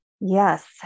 Yes